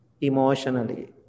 emotionally